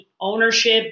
ownership